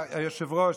היושב-ראש,